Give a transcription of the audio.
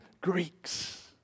Greeks